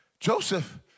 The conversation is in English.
Joseph